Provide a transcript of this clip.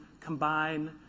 combine